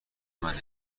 منه